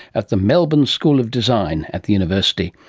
at the melbourne school of design at the university.